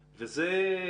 וחצי,